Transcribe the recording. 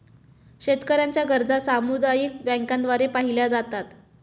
शेतकऱ्यांच्या गरजा सामुदायिक बँकांद्वारे पाहिल्या जातात